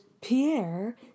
Pierre